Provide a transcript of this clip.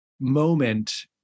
moment